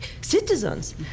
citizens